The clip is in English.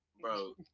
Bro